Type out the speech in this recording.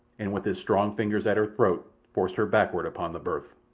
and with his strong fingers at her throat forced her backward upon the berth.